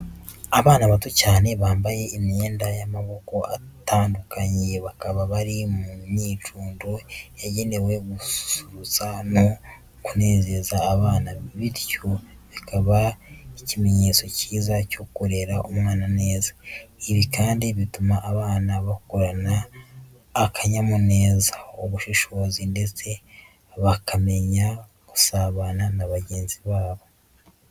Abana bato cyane bambaye imyenda y'amoko atandukanye, bakaba bari mu mwicundo yagenewe gususurutsa no kunezeza abana, bityo bikaba ikimenyetso cyiza cyo kurera umwana neza. Ibi kandi bituma abana bakurana akanyamuneza, ubushishozi ndetse bakamenya gusabana na bagenzi babo.